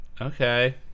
okay